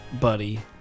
Buddy